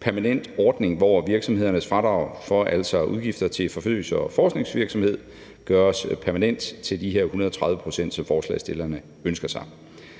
permanent ordning, hvor virksomhedernes fradrag for udgifter til forsøgs- og forskningsvirksomhed gøres permanent til de her 130 pct., som forslagsstillerne ønsker sig.